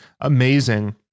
amazing